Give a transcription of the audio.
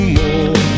more